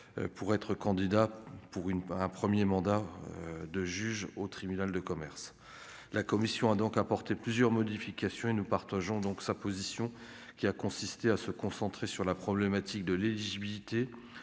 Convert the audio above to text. pour être candidat pour une un 1er mandat de juge au tribunal de commerce, la commission a donc apporté plusieurs modifications et nous partageons donc sa position qui a consisté à se concentrer sur la problématique de l'éligibilité,